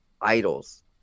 idols